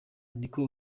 niko